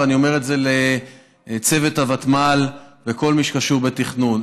ואני אומר את זה לצוות הוותמ"ל ולכל מי שקשור לתכנון,